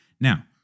Now